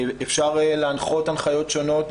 אפשר להנחות הנחיות שונות,